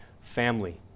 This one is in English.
family